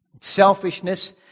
selfishness